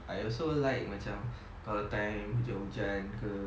I also like macam kalau time macam hujan ke